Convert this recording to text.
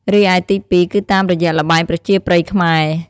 រីឯទីពីរ គឺតាមរយៈល្បែងប្រជាប្រិយខ្មែរ។